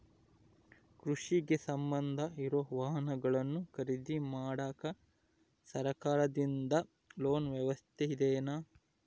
ಕೃಷಿಗೆ ಸಂಬಂಧ ಇರೊ ವಾಹನಗಳನ್ನು ಖರೇದಿ ಮಾಡಾಕ ಸರಕಾರದಿಂದ ಲೋನ್ ವ್ಯವಸ್ಥೆ ಇದೆನಾ?